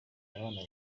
abana